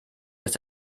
dass